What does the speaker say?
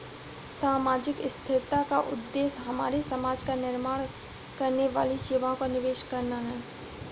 सामाजिक स्थिरता का उद्देश्य हमारे समाज का निर्माण करने वाली सेवाओं का निवेश करना है